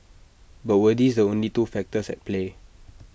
but were these the only two factors at play